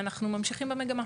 אנחנו ממשיכים במגמה,